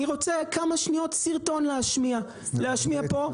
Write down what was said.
אני רוצה כמה שניות להשמיע סרטון פה.